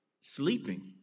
sleeping